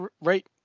right